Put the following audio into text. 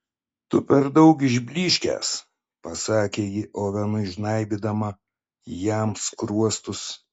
tu per daug išblyškęs pasakė ji ovenui žnaibydama jam skruostus